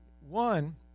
one